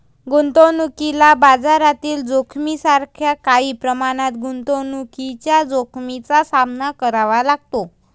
गुंतवणुकीला बाजारातील जोखमीसारख्या काही प्रमाणात गुंतवणुकीच्या जोखमीचा सामना करावा लागतो